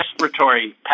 respiratory